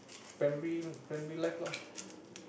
primary primary life loh